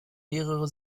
mehrere